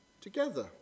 together